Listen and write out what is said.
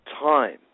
time